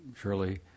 surely